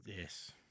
Yes